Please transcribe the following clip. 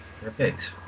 Perfect